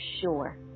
sure